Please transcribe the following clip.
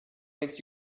makes